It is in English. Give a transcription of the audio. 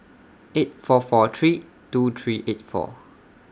eight four four three two three eight four